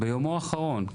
ביומו האחרון,